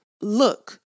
Look